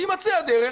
תימצא הדרך